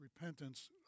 repentance